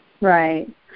Right